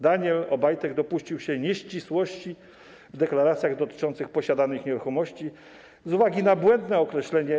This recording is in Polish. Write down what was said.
Daniel Obajtek dopuścił się nieścisłości w deklaracjach dotyczących posiadanych nieruchomości z uwagi na błędne określenie.